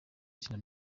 kina